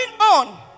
on